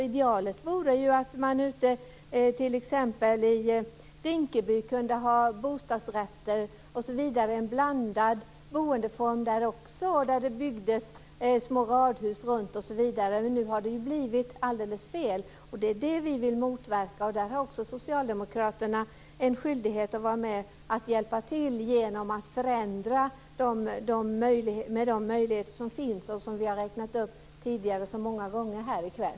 Idealet vore ju att man t.ex. ute i Rinkeby kunde ha blandade boendeformer, med bostadsrätter och att det också byggdes små radhus runtom, men nu har det blivit helt fel. Det är det vi vill motverka. Där har också Socialdemokraterna en skyldighet att vara med och hjälpa till genom att förändra, med de möjligheter som finns och som vi har räknat upp så många gånger här i kväll.